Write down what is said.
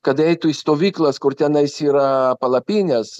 kad eitų į stovyklas kur tenais yra palapinės